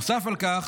נוסף על כך,